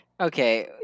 Okay